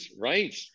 Right